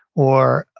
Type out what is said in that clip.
or,